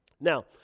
Now